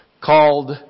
called